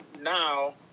now